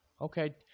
okay